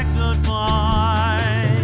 goodbye